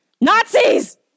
Nazis